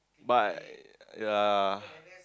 but uh ya